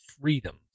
freedom